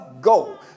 go